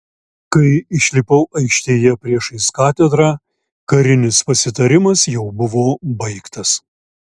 kai išlipau aikštėje priešais katedrą karinis pasitarimas jau buvo baigtas